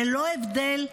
ללא הבדל,